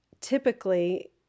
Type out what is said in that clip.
typically